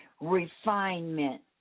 refinement